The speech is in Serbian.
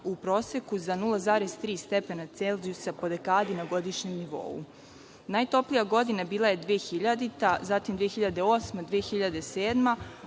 u proseku za 0,3 stepena Celzijusa po dekadi na godišnjem nivou. Najtoplija godina bila je 2000, zatim 2008, 2007.